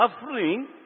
suffering